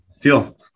Deal